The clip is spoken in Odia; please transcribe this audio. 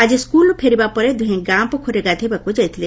ଆଜି ସ୍କୁଲରୁ ଫେରିବା ପରେ ଦୁହେଁ ଗାଁ ପୋଖରୀରେ ଗାଧୋଇବାକୁ ଯାଇଥିଲେ